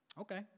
Okay